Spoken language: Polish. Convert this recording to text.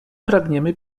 pragniemy